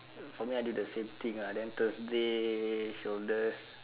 for me I do the same thing uh then thursday shoulders